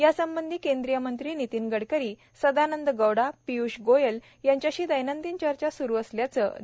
यासंबधी केंद्रीय मंत्री नितीन गडकरी सदानंद गौडा पीय्ष गोयल यांच्याशी दैनंदिन चर्चा स्रू असल्याचे श्री